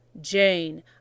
jane